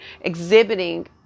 exhibiting